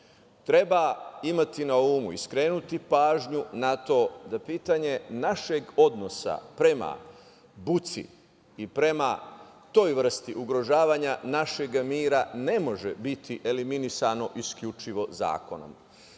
treba imati na umu i skrenuti pažnju na to da pitanje našeg odnosa prema buci i prema toj vrsti ugrožavanja našeg mira ne može biti eliminisano isključivo zakonom. To